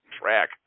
track